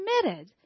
committed